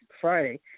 Friday